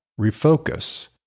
refocus